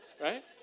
right